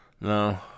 no